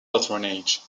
patronage